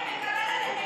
מקבלים.